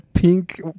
pink